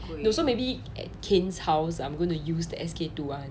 so maybe at kain's house I'm going to use the SK-II [one]